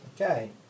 Okay